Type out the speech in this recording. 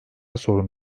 sorun